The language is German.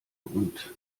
grund